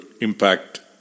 impact